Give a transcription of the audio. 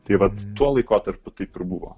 tai vat tuo laikotarpiu taip ir buvo